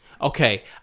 Okay